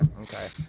okay